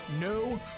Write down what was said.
No